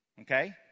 Okay